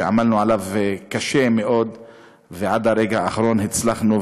שעמלנו עליו קשה מאוד ורק ברגע האחרון הצלחנו.